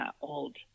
old